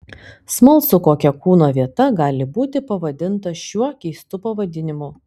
smalsu kokia kūno vieta gali būti pavadinta šiuo keistu pavadinimu